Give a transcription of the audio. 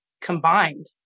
combined